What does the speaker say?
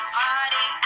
party